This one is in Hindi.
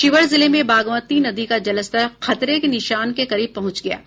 शिवहर जिले में बागमती नदी का जलस्तर खतरे के निशान के करीब पहुंच गया है